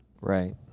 Right